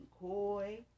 Koi